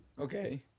Okay